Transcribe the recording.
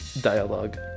dialogue